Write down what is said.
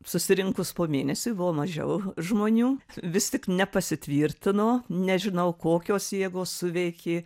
susirinkus po mėnesio buvo mažiau žmonių vis tik nepasitvirtino nežinau kokios jėgos suveikė